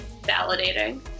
validating